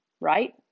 right